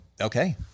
Okay